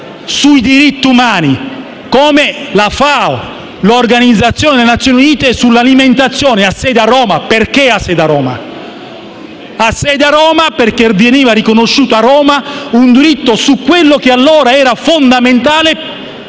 sui diritti umani come la FAO. L'organizzazione delle Nazioni Unite sull'alimentazione ha sede a Roma. Ed ha sede a Roma perché veniva riconosciuto a Roma un diritto su qualcosa che allora era fondamentale